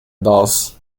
dolls